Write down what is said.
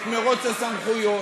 את מרוץ הסמכויות,